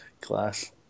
Class